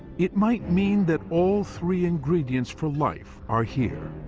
it might mean that all three ingredients for life are here,